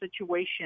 situation